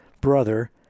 brother